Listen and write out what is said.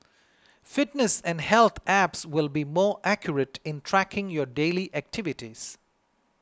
fitness and health apps will be more accurate in tracking your daily activities